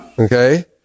Okay